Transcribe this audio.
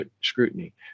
scrutiny